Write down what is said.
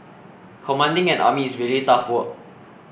commanding an army is really tough work